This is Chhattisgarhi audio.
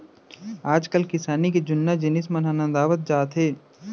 आजकाल किसानी के जुन्ना जिनिस मन नंदावत जात हें